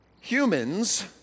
Humans